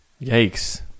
Yikes